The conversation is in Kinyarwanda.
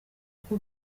uko